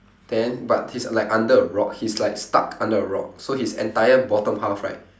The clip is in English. then but he's like under the rock he's like stuck under the rock so his entire bottom half right